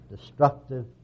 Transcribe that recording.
destructive